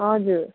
हजुर